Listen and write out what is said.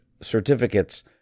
certificates